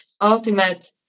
ultimate